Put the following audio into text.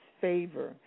favor